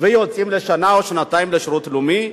ויוצאים לשנה או לשנתיים לשירות לאומי.